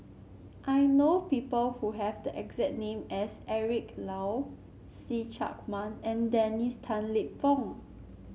I know people who have the exact name as Eric Low See Chak Mun and Dennis Tan Lip Fong